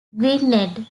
gwynedd